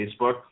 Facebook